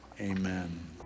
Amen